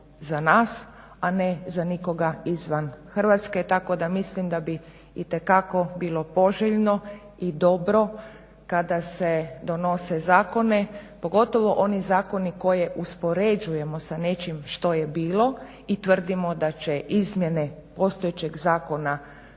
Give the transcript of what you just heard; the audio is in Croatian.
za nas, a ne za nikoga izvan Hrvatske. Tako da mislim da bi itekako bilo poželjno i dobro kada se donose zakoni, pogotovo oni zakoni koje uspoređujemo sa nečim što je bilo i tvrdimo da će izmjene postojećeg zakona